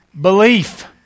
belief